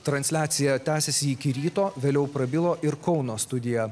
transliacija tęsėsi iki ryto vėliau prabilo ir kauno studija